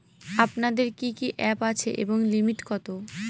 আপনাদের কি কি অ্যাপ আছে এবং লিমিট কত?